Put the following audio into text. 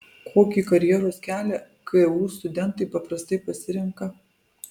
kokį karjeros kelią ku studentai paprastai pasirenka